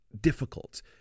difficult